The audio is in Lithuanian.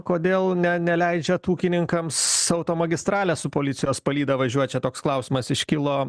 kodėl ne neleidžiat ūkininkams automagistrale su policijos palyda važiuot čia toks klausimas iškilo